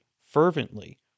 fervently